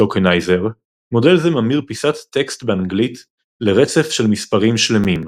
Tokenizer מודול זה ממיר פיסת טקסט באנגלית לרצף של מספרים שלמים.